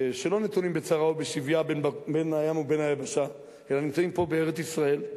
שלא נתונים בצרה או בשביה בין בים ובין ביבשה אלא נמצאים פה בארץ-ישראל,